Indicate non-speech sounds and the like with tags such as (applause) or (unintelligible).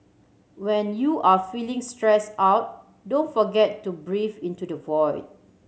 when you are feeling stress out don't forget to (unintelligible) into the (unintelligible)